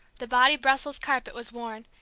the body brussels carpet was worn,